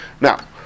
Now